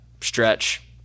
stretch